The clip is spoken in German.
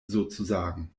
sozusagen